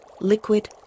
liquid